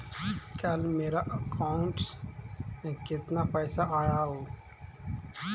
कल मेरा अकाउंटस में कितना पैसा आया ऊ?